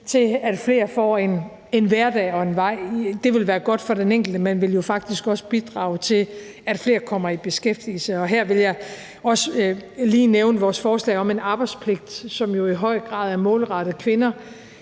til, at flere får en hverdag og en vej at gå? Det ville være godt for den enkelte, men det ville jo faktisk også bidrage til, at flere kom i beskæftigelse. Her vil jeg også lige nævne vores forslag om en arbejdspligt, som jo i høj grad er målrettet kvinder